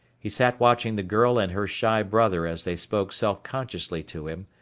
he sat watching the girl and her shy brother as they spoke self-consciously to him,